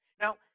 Now